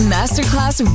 Masterclass